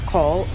Call